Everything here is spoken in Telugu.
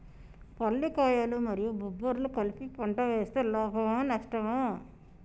పల్లికాయలు మరియు బబ్బర్లు కలిపి పంట వేస్తే లాభమా? నష్టమా?